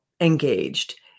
engaged